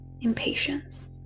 impatience